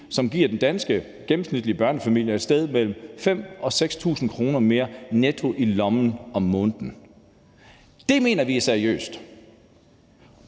som giver den gennemsnitlige danske børnefamilie et sted mellem 5.000 og 6.000 kr. mere netto i lommen om måneden. Det mener vi er seriøst.